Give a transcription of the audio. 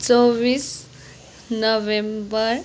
Chaubis November